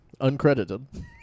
uncredited